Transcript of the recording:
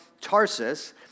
Tarsus